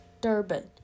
Durban